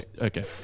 okay